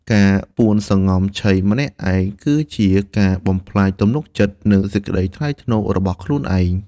ការពួនសំងំឆីម្នាក់ឯង គឺជាការបំផ្លាញទំនុកចិត្ត និងសេចក្ដីថ្លៃថ្នូររបស់ខ្លួនឯង។